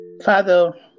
father